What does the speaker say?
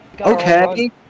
Okay